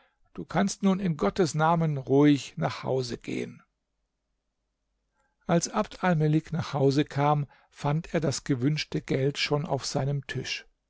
du kannst nun in gottes namen ruhig nach hause gehen als abd almelik nach hause kam fand er das gewünschte geld schon auf seinem tisch